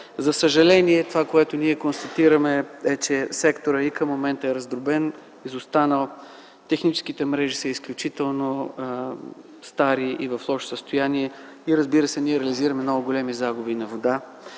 За съжаление, това което ние констатираме е, че сектора и към момента е раздробен, изостанал, техническите мрежи са изключително стари и в лошо състояние и, разбира се, ние реализираме много големи загуби на вода.